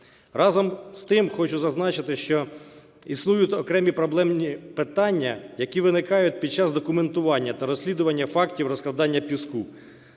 Разом з тим, хочу зазначити, що існують окремі проблемні питання, які виникають під час документування та розслідування фактів розкрадання піску.